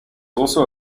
also